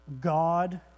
God